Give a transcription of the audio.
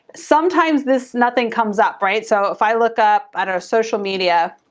sometimes this, nothing comes up. right. so if i look up, i don't know, social media,